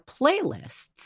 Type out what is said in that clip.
playlists